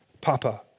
Papa